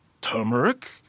turmeric